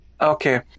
Okay